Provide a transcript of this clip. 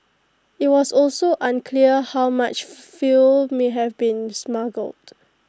IT was also unclear how much fuel may have been smuggled